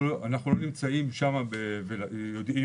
אנחנו לא נמצאים שם ולכן איננו יודעים